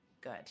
good